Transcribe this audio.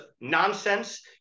nonsense